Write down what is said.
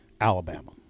Alabama